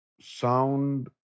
sound